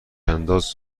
انداز